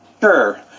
Sure